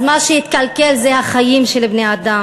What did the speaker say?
אז מה שיתקלקל זה החיים של בני-אדם.